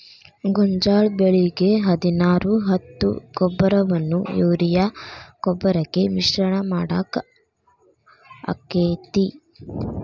ಗೋಂಜಾಳ ಬೆಳಿಗೆ ಹದಿನಾರು ಹತ್ತು ಗೊಬ್ಬರವನ್ನು ಯೂರಿಯಾ ಗೊಬ್ಬರಕ್ಕೆ ಮಿಶ್ರಣ ಮಾಡಾಕ ಆಕ್ಕೆತಿ?